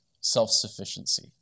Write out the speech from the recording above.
self-sufficiency